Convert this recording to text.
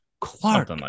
Clark